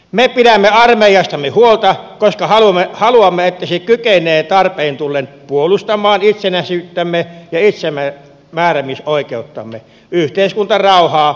me pidämme armeijastamme huolta koska haluamme että se kykenee tarpeen tullen puolustamaan itsenäisyyttämme ja itsemääräämisoikeuttamme yhteiskuntarauhaa ja vakautta